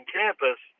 campus